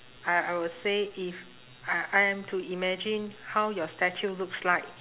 I I would say if I I am to imagine how your statue looks like